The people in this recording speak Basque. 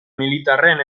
militarraren